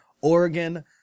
Oregon